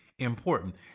important